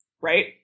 right